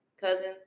cousins